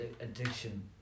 addiction